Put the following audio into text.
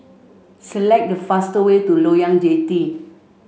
select the fastest way to Loyang Jetty